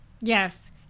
Yes